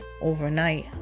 overnight